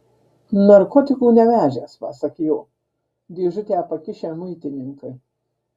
narkotikų nevežęs pasak jo dėžutę pakišę muitininkai